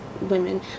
women